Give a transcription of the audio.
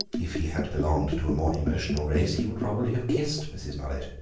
if he had belonged to a more emotional race he would probably have kissed mrs. mullet.